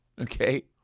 okay